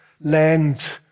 land